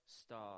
star